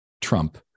Trump